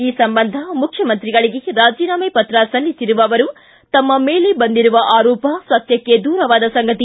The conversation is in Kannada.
ಈ ಸಂಬಂಧ ಮುಖ್ಯಮಂತ್ರಿಗಳಿಗೆ ರಾಜೀನಾಮೆ ಪತ್ರ ಸಲ್ಲಿಸಿರುವ ಅವರು ತಮ್ಮ ಮೇಲೆ ಬಂದಿರುವ ಆರೋಪ ಸತ್ತಕ್ಕೆ ದೂರವಾದ ಸಂಗತಿ